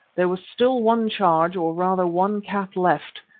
there was still one charge, or rather one cap, left,